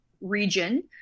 region